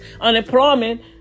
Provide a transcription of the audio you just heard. unemployment